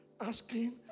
asking